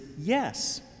yes